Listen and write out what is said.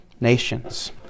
nations